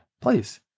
Please